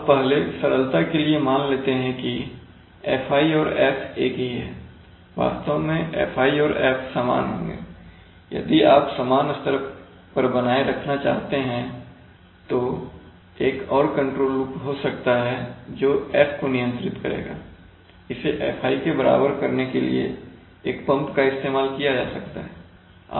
अब पहले सरलता के लिए मान लेते हैं कि Fi और F एक ही हैं वास्तव में Fi और F समान होंगेयदि आप समान स्तर पर बनाए रखना चाहते हैं तो एक और कंट्रोल लूप हो सकता है जो F को नियंत्रित करेगा इसे Fi के बराबर करने के लिए एक पंप का इस्तेमाल किया जा सकता है